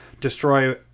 Destroy